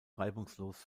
reibungslos